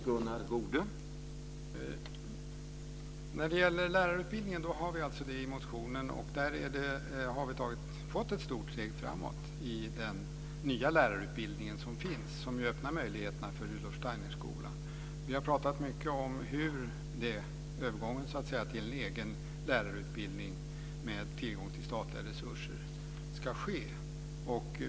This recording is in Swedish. Herr talman! När det gäller lärarutbildningen har vi det i motionen. Vi har tagit ett stort steg framåt i den nya lärarutbildning som finns, som ju öppnar möjligheterna för Rudolf Steiner-skolan. Vi har pratat mycket om hur övergången till en egen lärarutbildning med tillgång till statliga resurser ska ske.